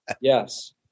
Yes